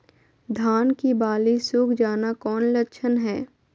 धान की बाली सुख जाना कौन लक्षण हैं?